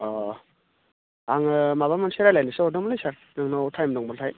अह आङो माबा मोनसे रायलायनोसो हरदोंमोनलै सार नोंनाव टाइम दंबाथाय